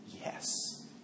Yes